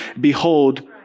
Behold